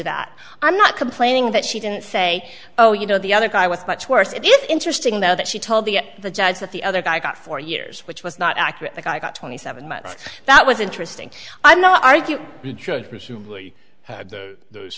that i'm not complaining that she didn't say oh you know the other guy was much worse it is interesting though that she told the the judge that the other guy got four years which was not accurate i got twenty seven months that was interesting i'm not argue the judge presumably had those